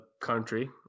country